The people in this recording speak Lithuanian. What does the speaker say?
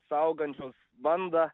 saugančios bandą